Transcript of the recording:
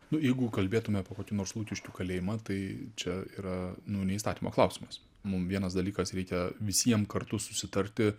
nu jeigu kalbėtume apie kokį nors lukiškių kalėjimą tai čia yra nu ne įstatymo klausimas mum vienas dalykas reikia visiem kartu susitarti